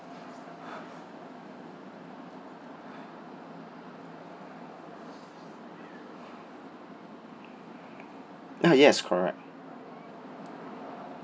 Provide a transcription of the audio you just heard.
ah yes correct